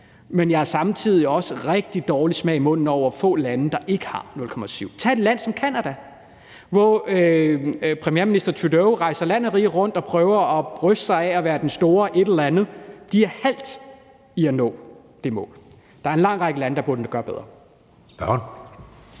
men jeg har samtidig også en rigtig dårlig smag i munden over, hvor mange lande der ikke bruger 0,7 pct. Tag et land som Canada. Premierminister Trudeau rejser land og rige rundt og bryster sig af at være den store et eller andet, men de er halvvejs i forhold til at nå det mål. Der er en lang række lande, der burde gøre det bedre.